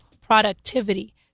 productivity